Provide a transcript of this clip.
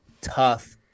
tough